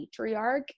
matriarch